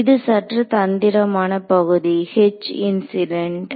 இது சற்று தந்திரமான பகுதி H இன்சிடென்ட்